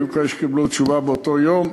היו כאלה שקיבלו תשובה באותו יום.